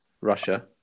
Russia